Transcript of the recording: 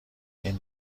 این